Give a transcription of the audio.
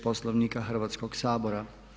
Poslovnika Hrvatskog sabora.